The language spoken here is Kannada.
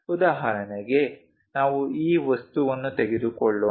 ಉದಾಹರಣೆಗೆ ನಾವು ಈ ವಸ್ತುವನ್ನು ತೆಗೆದುಕೊಳ್ಳೋಣ